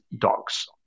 dogs